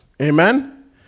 Amen